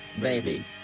baby